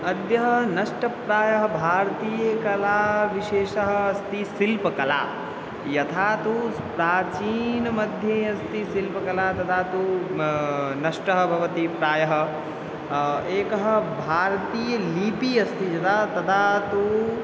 अद्यः नष्टप्रायः भारतीयकलाविशेषः अस्ति शिल्पकला यथा तु प्राचीनमध्ये अस्ति शिल्पकला तदा तु नष्टा भवति प्रायः एका भारतीया लिपिः अस्ति यदा तदा तु